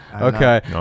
Okay